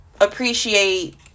appreciate